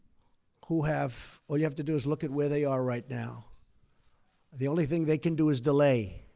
who have all you have to do is look at where they are right now the only thing they can do is delay,